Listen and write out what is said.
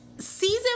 Season